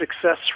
success